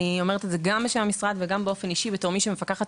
אני אומרת את זה גם בשם המשרד וגם באופן אישי בתור מי שמפקחת